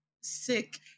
sick